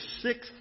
sixth